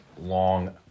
long